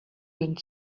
wind